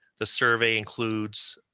the survey includes,